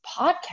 podcast